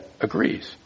agrees